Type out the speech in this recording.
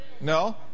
No